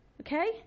okay